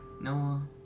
Noah